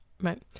right